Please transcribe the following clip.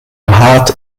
hart